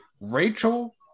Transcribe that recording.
rachel